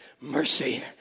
mercy